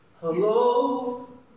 Hello